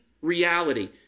Reality